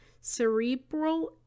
cerebral